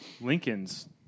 Lincoln's